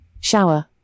shower